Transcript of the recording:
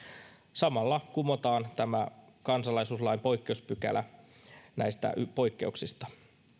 samalla kumotaan tämä kansalaisuuslain poikkeuspykälä näistä poikkeuksista